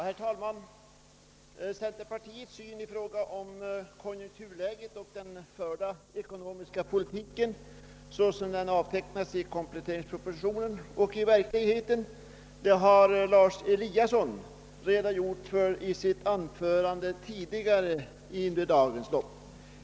Herr talman! Centerpartiets syn på konjunkturläget och den förda ekonomiska politiken, såsom förhållandena avtecknas i kompletteringspropositionen och i verkligheten, har herr Eliasson i Sundborn redogjort för i sitt anförande tidigare i dag.